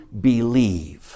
believe